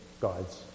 God's